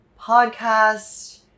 podcast